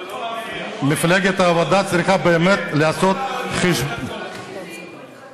מפלגת העבודה צריכה באמת לעשות חשבון, ברשותך,